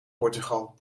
portugal